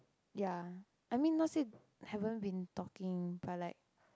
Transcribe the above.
ya I mean not say haven't been talking but like